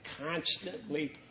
constantly